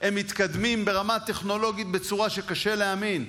מתקדמים ברמה טכנולוגית בצורה שקשה להאמין,